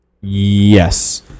Yes